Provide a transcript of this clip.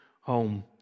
home